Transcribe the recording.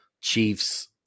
Chiefs